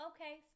okay